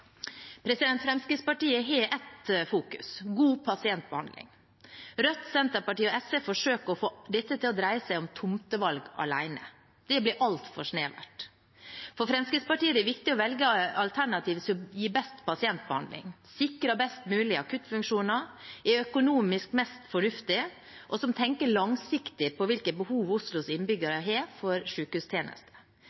Fremskrittspartiet har ett fokus: god pasientbehandling. Rødt, Senterpartiet og SV forsøker å få dette til å dreie seg om tomtevalg alene. Det blir altfor snevert. For Fremskrittspartiet er det viktig å velge det alternativet som gir best pasientbehandling, sikrer best mulig akuttfunksjoner, er økonomisk mest fornuftig, og som gjør at en tenker langsiktig på hvilke behov Oslos